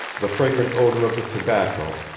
the fragrant odor of the tobacco,